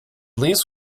least